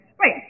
Right